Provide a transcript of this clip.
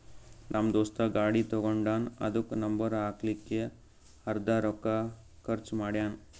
ನಮ್ ದೋಸ್ತ ಗಾಡಿ ತಗೊಂಡಾನ್ ಅದುಕ್ಕ ನಂಬರ್ ಹಾಕ್ಲಕ್ಕೆ ಅರ್ದಾ ರೊಕ್ಕಾ ಖರ್ಚ್ ಮಾಡ್ಯಾನ್